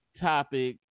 topic